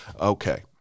Okay